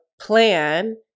plan